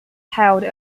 held